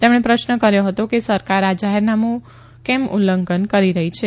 તેમણે પ્રશ્ન કર્યો હતો કે સરકાર આ જાહેરનામાનું ઉલ્લંધન કેમ કરી રહી છે